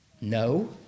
No